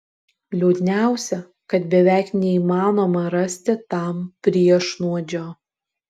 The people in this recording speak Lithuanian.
liūdniausia kad beveik neįmanoma rasti tam priešnuodžio